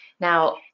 Now